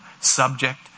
Subject